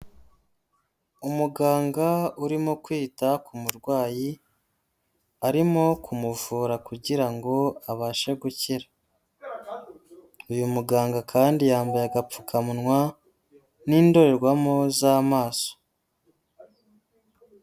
Umuganga urimo kwita ku murwayi, arimo kumuvura kugira ngo abashe gukira. Uyu muganga kandi yambaye agapfukamunwa n'indorerwamo z'amaso.